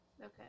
Okay